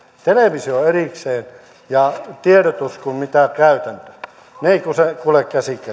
televisio on erikseen ja tiedotus kuin käytäntö ne eivät kulje käsi